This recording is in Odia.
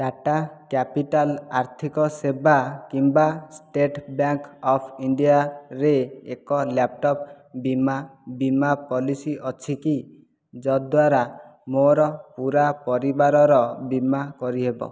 ଟାଟା କ୍ୟାପିଟାଲ୍ ଆର୍ଥିକ ସେବା କିମ୍ବା ଷ୍ଟେଟ୍ ବ୍ୟାଙ୍କ ଅଫ୍ ଇଣ୍ଡିଆରେ ଏକ ଲ୍ୟାପଟପ୍ ବୀମା ବୀମା ପଲିସି ଅଛି କି ଯଦ୍ଵାରା ମୋର ପୂରା ପରିବାରର ବୀମା କରିହେବ